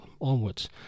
onwards